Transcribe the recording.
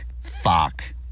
Fuck